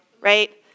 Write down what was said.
right